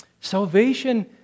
Salvation